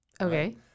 Okay